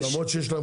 למרות שיש להם